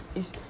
it's